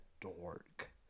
dork